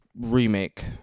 remake